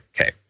okay